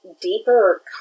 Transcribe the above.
deeper